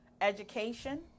education